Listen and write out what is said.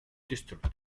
distrutte